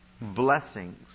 blessings